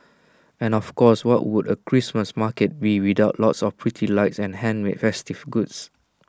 and of course what would A Christmas market be without lots of pretty lights and handmade festive goods